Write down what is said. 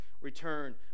return